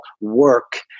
work